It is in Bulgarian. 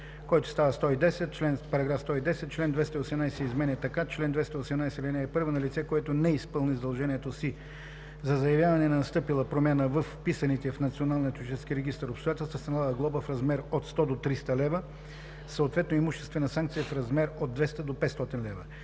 който става §110: „§ 110. Член 218 се изменя така: „Чл. 218. (1) На лице, което не изпълни задължението си за заявяване на настъпила промяна във вписаните в Националния туристически регистър обстоятелства, се налага глоба в размер от 100 до 300 лв., съответно имуществена санкция в размер от 200 до 500 лв.